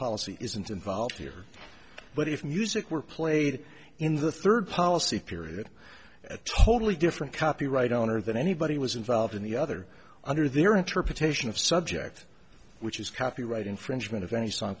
policy isn't involved here but if music were played in the third policy period a totally different copyright owner than anybody was involved in the other under their interpretation of subject which is copyright infringement of any so